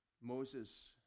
Moses